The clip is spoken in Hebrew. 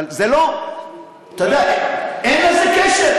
אבל זה לא, אתה יודע, אין לזה קשר.